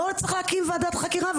לא צריך להקים ועדת חקירה,